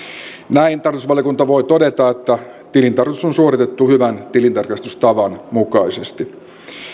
näin tarkastusvaliokunta voi todeta että tilintarkastus on suoritettu hyvän tilintarkastustavan mukaisesti